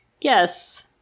Yes